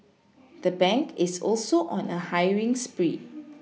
the bank is also on a hiring spree